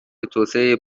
توسعه